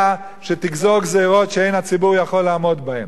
שתגזור גזירות שאין הציבור יכול לעמוד בהן.